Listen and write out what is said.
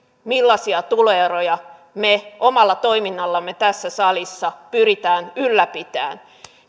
millaisia tuloeroja me omalla toiminnallamme tässä salissa pyrimme ylläpitämään